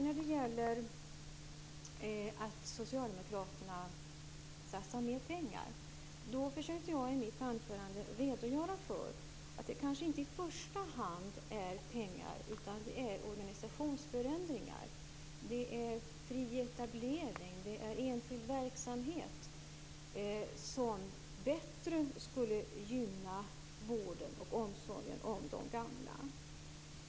När det gäller detta med att socialdemokraterna satsar mer pengar försökte jag i mitt anförande att redogöra för att det kanske inte i första hand är en fråga om pengar utan om organisationsförändringar och om fri etablering av enskild verksamhet. Det skulle bättre gynna vården och omsorgen om de gamla.